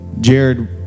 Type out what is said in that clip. Jared